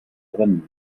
brennen